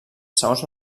segons